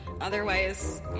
otherwise